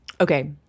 Okay